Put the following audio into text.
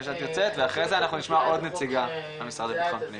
שאת יוצאת ואחרי זה אנחנו נשמע עוד נציגה של המשרד לביטחון פנים.